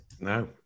No